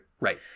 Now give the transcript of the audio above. Right